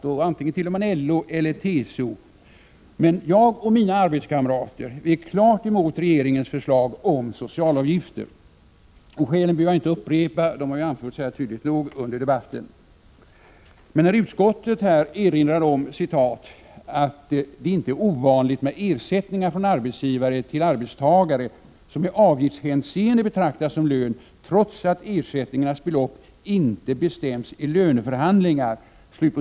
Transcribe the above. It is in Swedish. Man tillhör antingen LO eller TCO och säger vidare att ”jag och mina arbetskamrater är klart emot regeringens förslag om socialavgifter”. Skälen behöver jag inte upprepa; de har ju anförts tydligt nog här under debatten. Utskottet erinrar på s. 8 i betänkandet om ”att det inte är ovanligt med ersättningar från arbetsgivare till arbetstagare som i avgiftshänseende betraktas som lön trots att ersättningarnas belopp inte bestämts i löneförhandlingar”.